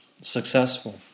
Successful